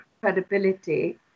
credibility